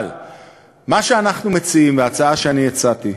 אבל מה שאנחנו מציעים, וההצעה שאני הצעתי,